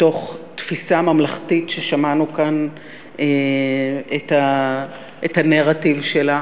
מתוך תפיסה ממלכתית ששמענו כאן את הנרטיב שלה,